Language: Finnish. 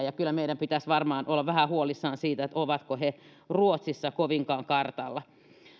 ja kyllä meidän pitäisi varmaan olla vähän huolissamme siitä ovatko he ruotsissa kovinkaan kartalla